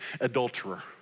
adulterer